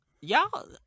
y'all